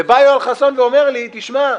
ובא יואל חסון ואומר לי, תשמע,